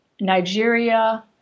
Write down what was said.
Nigeria